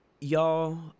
y'all